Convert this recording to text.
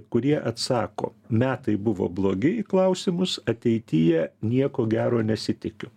kurie atsako metai buvo blogi į klausimus ateityje nieko gero nesitikiu